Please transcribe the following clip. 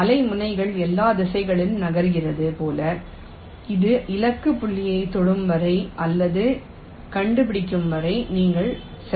அலை முனைகள் எல்லா திசைகளிலும் நகர்கிறது போல அது இலக்கு புள்ளியைத் தொடும் வரை அல்லது கண்டுபிடிக்கும் வரை நீங்கள் செல்லலாம்